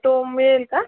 तो मिळेल का